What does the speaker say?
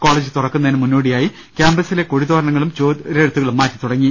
college തുറക്കുന്നതിന് മുന്നോടിയായി കാമ്പസിലെ കൊടി തോരണങ്ങളും ചുവരെഴുത്തുകളും മാറ്റിത്തുടങ്ങി